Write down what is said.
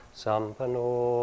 sampano